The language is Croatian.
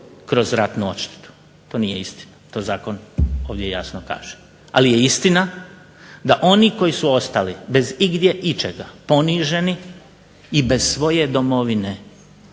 kroz ratnu odštetu. To nije istina, to zakon ovdje jasno kaže. Ali je istina da oni koji su ostali bez igdje ičega, poniženi i bez svoje domovine